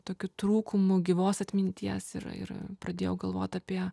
tokiu trūkumu gyvos atminties ir ir pradėjau galvot apie